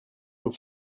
and